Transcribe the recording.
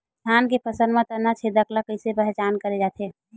धान के फसल म तना छेदक ल कइसे पहचान करे जाथे?